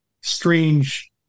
strange